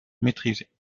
maîtrisé